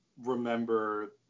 remember